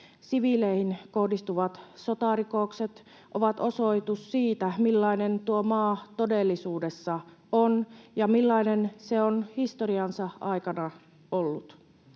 Siviileihin kohdistuvat sotarikokset ovat osoitus siitä, millainen tuo maa todellisuudessa on ja millainen se on historiansa aikana ollut.